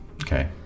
Okay